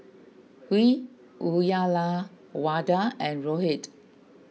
Hri Uyyalawada and Rohit